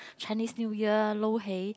Chinese New Year lo-hei